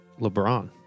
Lebron